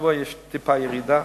השבוע יש טיפה ירידה,